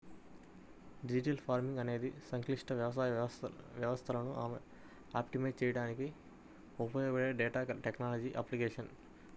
digital farming అనేది సంక్లిష్ట వ్యవసాయ వ్యవస్థలను ఆప్టిమైజ్ చేయడానికి ఉపయోగపడే డేటా టెక్నాలజీల అప్లికేషన్